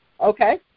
Okay